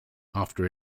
after